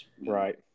Right